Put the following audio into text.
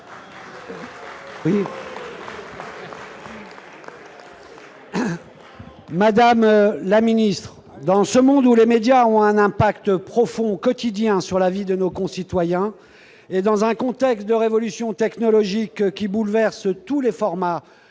Madame la ministre, dans ce monde où les médias ont un impact profond et quotidien sur la vie de nos concitoyens, et dans un contexte où la révolution technologique bouleverse tous les formats,